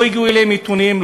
לא הגיעו אליהם עיתונים,